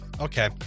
Okay